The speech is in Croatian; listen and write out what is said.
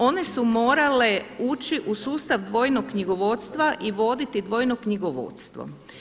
One su morale ući u sustav dvojnog knjigovodstva i voditi dvojno knjigovodstvo.